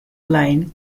line